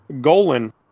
Golan